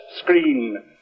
screen